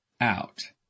out